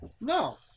No